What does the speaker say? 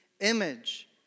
image